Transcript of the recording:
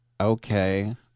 Okay